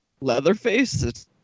Leatherface